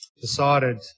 decided